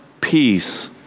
peace